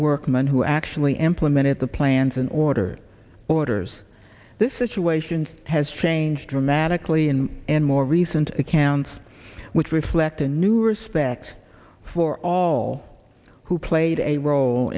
workman who actually implemented the plans in order orders this situation has changed dramatically in in more recent accounts which reflect a new respect for all who played a role